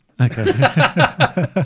Okay